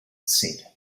said